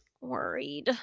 Worried